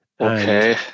okay